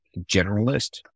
generalist